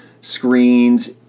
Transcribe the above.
screens